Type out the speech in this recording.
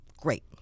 Great